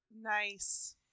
nice